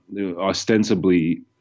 ostensibly